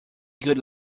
good